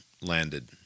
landed